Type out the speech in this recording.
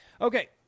okay